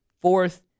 fourth